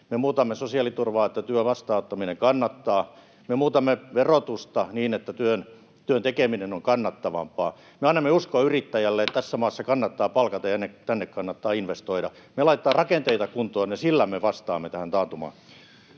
Me muutamme sosiaaliturvaa, että työn vastaanottaminen kannattaa. Me muutamme verotusta niin, että työn tekeminen on kannattavampaa. Me annamme uskoa yrittäjälle, että tässä maassa kannattaa palkata ja tänne kannattaa investoida. Me laitamme rakenteita kuntoon, ja sillä me vastaamme tähän taantumaan.